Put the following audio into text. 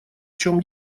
чем